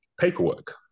paperwork